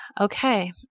Okay